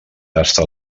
tasta